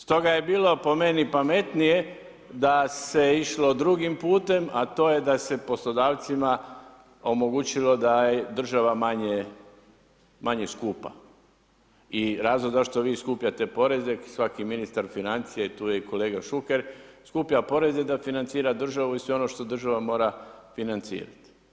Stoga je bilo po meni pametnije da se išlo drugim putem a to je da se poslodavcima omogućilo da je država manje skupa i razlog zašto vi skupljate poreze, svaki ministar financija i tu je i kolega Šuker, skuplja poreze da financira državu i sve ono što država mora financirati.